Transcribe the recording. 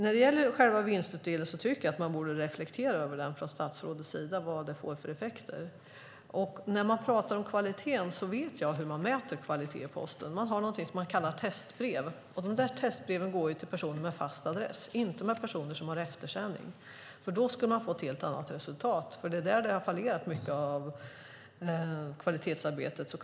När det gäller själva vinstutdelningen tycker jag att statsrådet borde reflektera över vad detta får för effekter. Jag vet hur man mäter kvalitet hos Posten. Man har någonting som man kallar testbrev. Testbreven går till personer med fast adress och inte till personer som har eftersändning, för då skulle man få ett helt annat resultat. Där har mycket av kvalitetsarbetet fallerat.